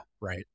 right